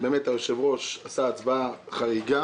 היושב-ראש עשה הצבעה חריגה